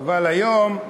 אבל היום,